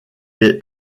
est